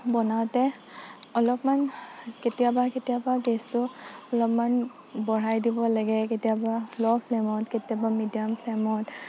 বনাওতে অলপমান কেতিয়াবা কেতিয়াবা গেছবোৰ অলমান বঢ়াই দিব লাগে কেতিয়াবা ল' ফ্লেমত কেতিয়াবা মিডিয়াম ফ্লেমত